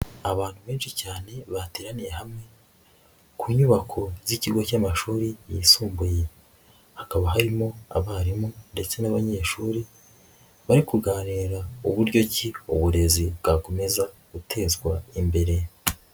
Abantu benshi cyane bateraniye hamwe ku nyubako z'ikigo cy'amashuri yisumbuye, hakaba harimo abarimu ndetse n'abanyeshuri, bari kuganira uburyo ki uburezi bwakomeza gutezwa imbere.